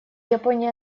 япония